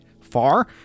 far